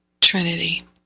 Trinity